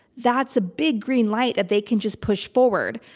that's a big green light that they can just push forward.